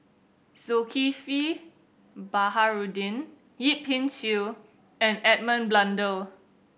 Zulkifli Baharudin Yip Pin Xiu and Edmund Blundell